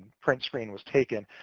print screen was taken.